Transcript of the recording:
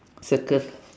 circle